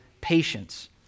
patience